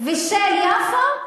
ושל יפו,